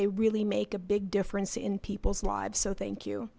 they really make a big difference in people's lives so thank you